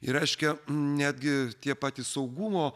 reiškia netgi tie patys saugumo